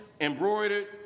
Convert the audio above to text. embroidered